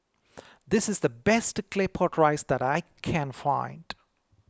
this is the best Claypot Rice that I can find